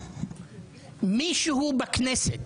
מישהו בכנסת,